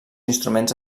instruments